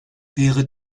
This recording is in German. wäre